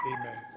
Amen